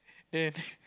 then